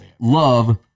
love